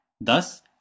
Thus